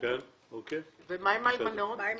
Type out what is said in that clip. מה עם אלמנות?